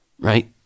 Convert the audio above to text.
right